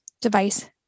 device